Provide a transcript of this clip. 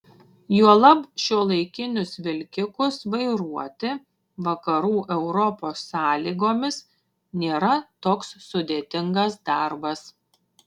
juolab šiuolaikinius vilkikus vairuoti vakarų europos sąlygomis nėra toks sudėtingas darbas